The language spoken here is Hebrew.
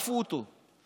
עטפו אותו.